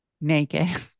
naked